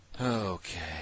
okay